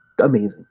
amazing